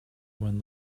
when